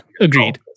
agreed